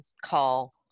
call